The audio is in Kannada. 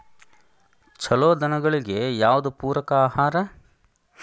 ಛಲೋ ದನಗಳಿಗೆ ಯಾವ್ದು ಪೂರಕ ಆಹಾರ?